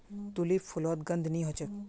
tulip फुलोत गंध नि होछे